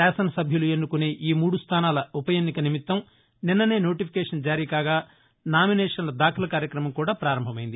శాసనసభ్యులు ఎన్నుకునే ఈ మూడు స్థానాల ఉపఎన్నిక నిమిత్తం నిస్ననే నోటిఫికేషన్ జారీకాగా నామినేషన్ల దాఖలు కార్యక్రమం కూడా పారంభమైంది